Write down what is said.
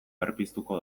berpiztuko